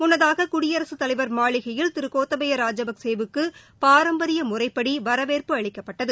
முன்னதாக குடியரசுத் தலைவர் மாளிகையில் திரு கோத்தபய ராஜபக்ஷேக்கு பாரம்பரிய முறைப்படி வரவேற்பு அளிக்கப்பட்டது